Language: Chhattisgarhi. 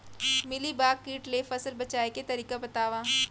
मिलीबाग किट ले फसल बचाए के तरीका बतावव?